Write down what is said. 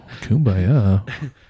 Kumbaya